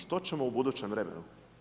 Što ćemo u budućem vremenu?